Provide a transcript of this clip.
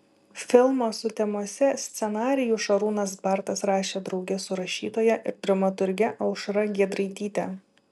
filmo sutemose scenarijų šarūnas bartas rašė drauge su rašytoja ir dramaturge aušra giedraityte